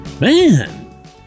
man